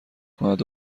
کند